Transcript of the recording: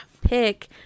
pick